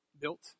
built